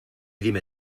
dime